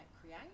Create